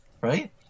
right